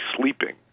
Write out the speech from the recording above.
sleeping